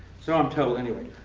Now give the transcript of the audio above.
so i'm told, anyway